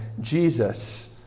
Jesus